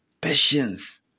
patience